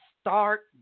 start